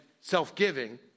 self-giving